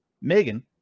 Megan